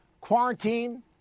quarantine